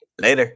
Later